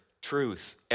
truth